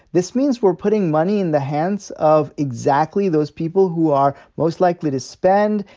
this means we're putting money in the hands of exactly those people who are most likely to spend.